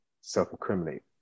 self-incriminate